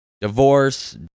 Divorce